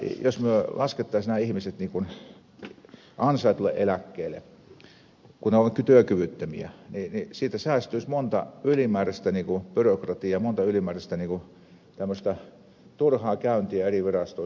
jos me laskisimme nämä ihmiset niin kuin ansaitulle eläkkeelle kun he ovat työkyvyttömiä niin siitä säästyisi monta ylimääräistä byrokratiaa monta ylimääräistä turhaa käyntiä eri virastoissa ja toimistoissa